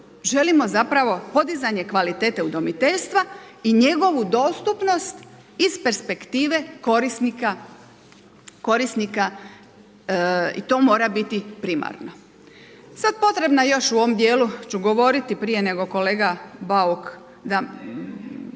želimo zapravo podizanje kvalitete udomiteljstva i njegovu dostupnost iz perspektive korisnika i to mora biti primarno. Sada potrebno je u ovom dijelu ću još govoriti prije nego kolega Bauk kaže